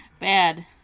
bad